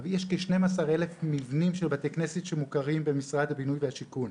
יש כשנים עשר אלף מבנים של בתי כנסת שמוכרים במשרד הבינוי והשיכון.